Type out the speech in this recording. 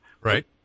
right